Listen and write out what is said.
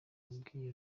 yabwiye